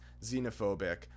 xenophobic